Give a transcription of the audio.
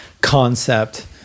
concept